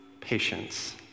patience